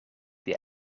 die